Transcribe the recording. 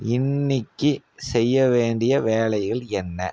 இன்னைக்கி செய்ய வேண்டிய வேலைகள் என்ன